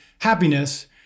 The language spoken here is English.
happiness